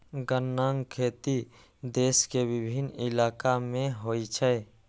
गन्नाक खेती देश के विभिन्न इलाका मे होइ छै